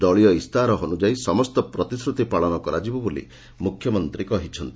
ଦଳୀୟ ଇସ୍ତାହାର ଅନୁଯାୟୀ ସମସ୍ତ ପ୍ରତିଶ୍ରତି ପାଳନ କରାଯିବ ବୋଲି ମୁଖ୍ୟମନ୍ତୀ କହିଛନ୍ତି